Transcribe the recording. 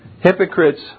Hypocrites